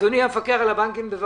אדוני המפקח על הבנקים, בבקשה.